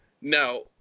Now